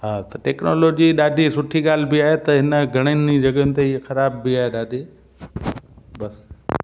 हा त टैक्नोलॉजी ॾाढी सुठी ॻाल्हि बि आहे त इन घणनि ई जॻहियुनि ते इहे ख़राब बि आहे ॾाढी बसि